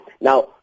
Now